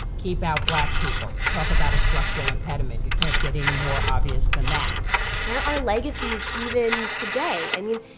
keep out black people. talk about a structural impediment. you can't get any more obvious than that there are legacies even today. i mean,